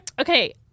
Okay